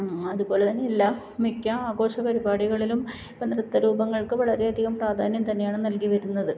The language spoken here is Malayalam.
അതുപോലെത്തന്നെ എല്ലാ മിക്ക ആഘോഷ പരിപാടികളിലും നൃത്തരൂപങ്ങൾക്ക് വളരെയധികം പ്രാധാന്യം തന്നെയാണ് നൽകി വരുന്നത്